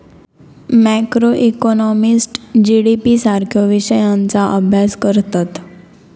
macroeconomist GDP सारख्यो विषयांचा अभ्यास करतत